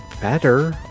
better